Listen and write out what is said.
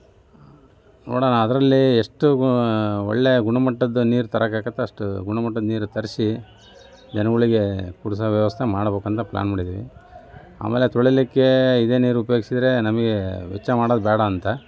ನೋಡೋಣ ಅದರಲ್ಲಿ ಎಷ್ಟು ಒಳ್ಳೆಯ ಗುಣಮಟ್ಟದ ನೀರು ತರೋಕ್ಕಾಗುತ್ತೋ ಅಷ್ಟು ಗುಣಮಟ್ಟದ ನೀರು ತರಿಸಿ ಜನಗಳಿಗೆ ಕುಡಿಸೋ ವ್ಯವಸ್ಥೆ ಮಾಡಬೇಕಂತ ಪ್ಲಾನ್ ಮಾಡಿದ್ದೀವಿ ಆಮೇಲೆ ತೊಳೀಲಿಕ್ಕೆ ಇದೇ ನೀರು ಉಪಯೋಗಿಸಿದ್ರೆ ನಮಗೆ ವೆಚ್ಚ ಮಾಡೋದು ಬೇಡ ಅಂತ